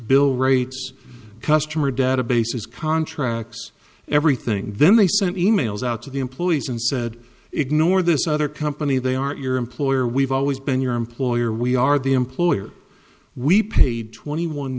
bill rates customer databases contracts everything then they sent e mails out to the employees and said ignore this other company they are your employer we've always been your employer we are the employer we paid twenty one